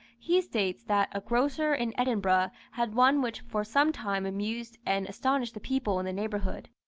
he states that a grocer in edinburgh had one which for some time amused and astonished the people in the neighbourhood.